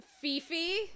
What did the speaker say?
Fifi